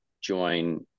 join